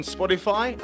Spotify